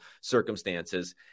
circumstances